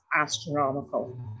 astronomical